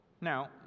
Now